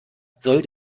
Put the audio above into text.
soll